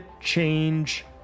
change